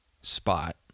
spot